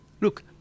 Look